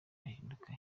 ahinduka